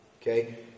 okay